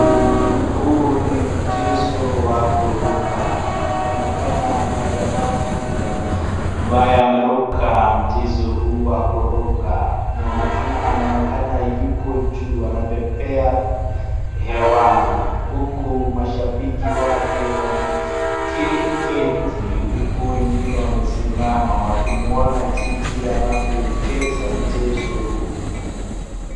Huu ni mchezo wa kuruka inaonekana Kuna jamaa moja ambaye ameruka mchezo huu wa kuruka anaonekana yuko juu anapepea hewani huku mashabiki wake wameketi huku wengine wanasimama wakimwona jinzi wanavyo cheza mchezo huu.